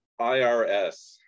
IRS